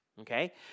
okay